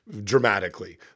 dramatically